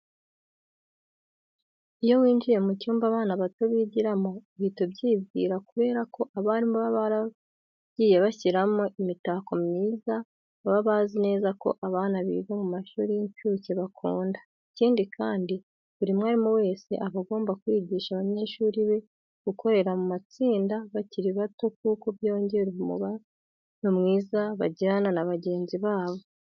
Iyo winjiye mu cyumba abana bato bigiramo uhita ubyibwira kubera ko abarimu baba baragiye bashyiramo imitako myiza baba bazi neza ko abana biga mu mashuri y'incuke bakunda. Ikindi kandi, buri mwarimu wese aba agomba kwigisha abanyeshuri be gukorera mu matsinda bakiri bato kuko byongera umubano mwiza bagirana na bagenzi babo.